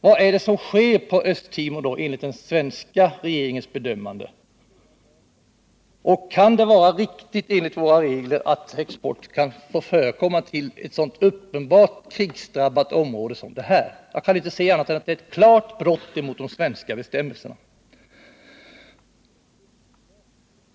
Vad är det som sker i Östra Timor enligt den svenska regeringens bedömning? Kan det vara riktigt enligt våra regler att export får förekomma till ett så uppenbart krigsdrabbat område som detta? Jag kan inte se annat än att det är ett klart brott mot de svenska bestämmelserna.